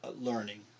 learning